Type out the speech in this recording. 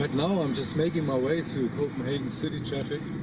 like now, i'm just making my way through copenhagen's city traffic.